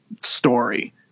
story